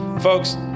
Folks